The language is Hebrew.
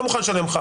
לא מוכן לשלם לך.